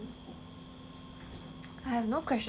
I have no questions to ask